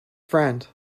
friend